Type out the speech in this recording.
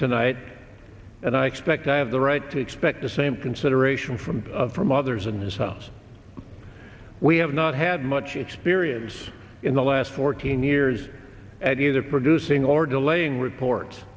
tonight and i expect i have the right to expect the same consideration from from others and sometimes we have not had much experience in the last fourteen years at either producing or delaying reports